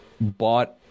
bought